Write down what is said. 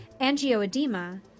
angioedema